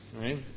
Right